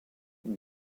une